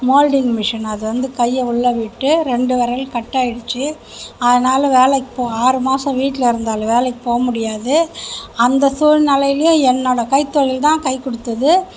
moulding machine அது வந்து கையை உள்ளே விட்டு ரெண்டு விரல் கட் ஆகிடுச்சு அதனால் வேலைக்கு போக ஆறு மாசம் வீட்டில் இருந்தார் வேலைக்கு போக முடியாது அந்த சூழ்நிலைலேயும் என்னோட கைத்தொழில் தான் கை கொடுத்தது